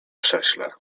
krześle